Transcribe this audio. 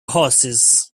horses